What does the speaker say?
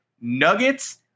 nuggets